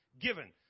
Given